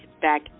back